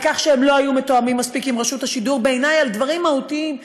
על כך שהם לא היו מתואמים מספיק עם רשות השידור בדברים מהותיים בעיני,